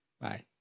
Bye